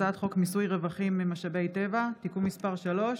הצעת חוק מיסוי רווחים ממשאבי טבע (תיקון מס' 3),